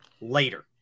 later